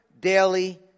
daily